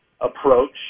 approach